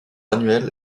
annuel